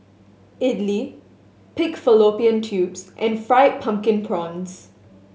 idly pig fallopian tubes and Fried Pumpkin Prawns